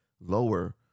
lower